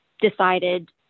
decided